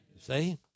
See